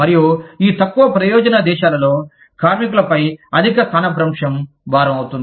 మరియు ఈ తక్కువ ప్రయోజన దేశాలలో కార్మికులపై అధిక స్థానభ్రంశం భారం అవుతుంది